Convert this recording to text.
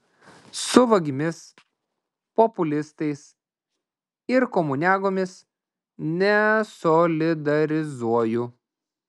su vagimis populistais ir komuniagomis nesolidarizuoju